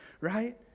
right